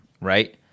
Right